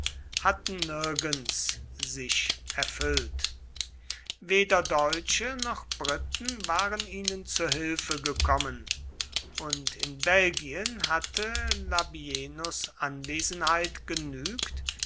hatten nirgends sich erfüllt weder deutsche noch briten waren ihnen zu hilfe gekommen und in belgien hatte labienus anwesenheit genügt